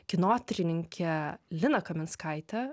kinotyrininke lina kaminskaite